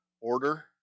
order